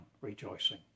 rejoicing